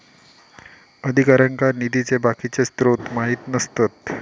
अधिकाऱ्यांका निधीचे बाकीचे स्त्रोत माहित नसतत